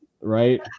right